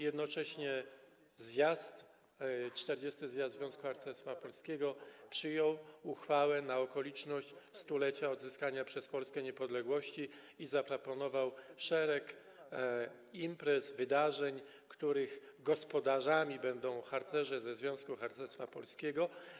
Jednocześnie podczas 40. Zjazdu Związku Harcerstwa Polskiego przyjęto uchwałę na okoliczność 100-lecia odzyskania przez Polskę niepodległości i zaproponowano szereg imprez, wydarzeń, których gospodarzami będą harcerze Związku Harcerstwa Polskiego.